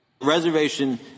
reservation